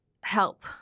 help